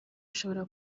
ishobora